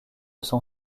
son